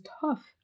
tough